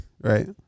Right